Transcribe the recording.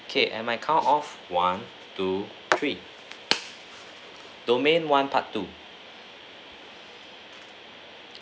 okay and my count of one two three domain one part two